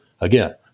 Again